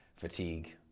fatigue